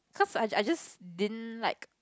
cause I I just didn't like